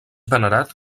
venerat